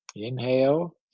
Inhale